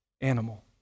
animal